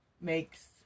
makes